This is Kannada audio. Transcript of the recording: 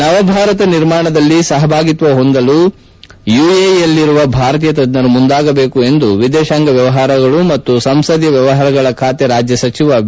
ನವಭಾರತ ನಿರ್ಮಾಣದಲ್ಲಿ ಸಹಭಾಗಿತ್ವ ಹೊಂದಲು ಯುಎಇಯಲ್ಲಿರುವ ಭಾರತೀಯ ತಜ್ಞರು ಮುಂದಾಗಬೇಕು ಎಂದು ವಿದೇಶಾಂಗ ವ್ಯವಹಾರಗಳು ಮತ್ತು ಸಂಸದೀಯ ವ್ಯವಹಾರಗಳ ಖಾತೆ ರಾಜ್ಯ ಸಚಿವ ವಿ